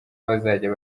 bazajya